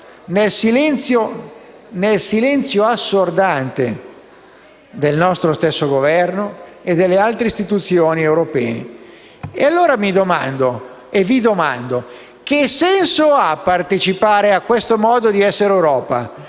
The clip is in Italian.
nel silenzio assordante dello stesso nostro Governo e delle altre istituzioni europee. Allora mi domando e vi domando: che senso ha partecipare a questo modo di essere Europa